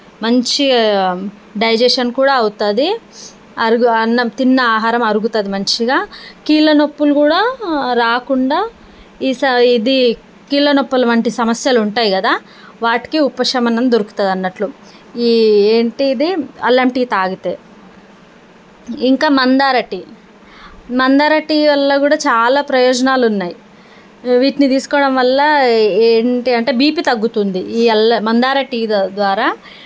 మంచి డైజేషన్ కూడా అవుతుంది అరుగు అన్నం తిన్న ఆహారం అరుగుతుంది మంచిగా కీళ్ళ నొప్పులు కూడా రాకుండా ఈసా ఇది కీళ్ళ నొప్పులు వంటి సమస్యలు ఉంటాయి కదా వాటికి ఉపశమనం దొరుకుతుంది అన్నట్లు ఈ ఏంటి ఇది అల్లం టీ తాగితే ఇంకా మందార టీ మందార టీ వల్ల కూడా చాలా ప్రయోజనాలు ఉన్నాయి వీటిని తీసుకోవడం వల్ల ఏంటి అంటే బిపి తగ్గుతుంది ఈ అల్లా మందార టీ ద్వారా